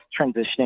transitioning